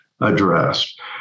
addressed